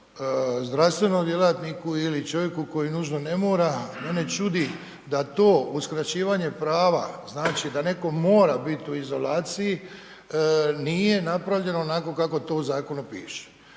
zdravstvenom djelatniku ili čovjeku koji nužno ne mora, mene čudi da to uskraćivanje prava znači da netko mora biti u izolaciji nije napravljeno onako kako to u zakonu piše.